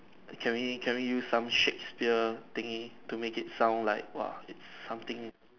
can we can we use some Shakespeare thingy to make it sound like !woah! it's something